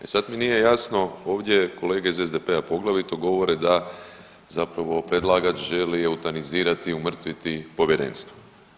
E sad mi nije jasno ovdje kolege iz SDP-a poglavito govore da zapravo predlagač želi eutanazirati, umrtviti povjerenstvo.